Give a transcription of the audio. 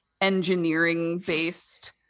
engineering-based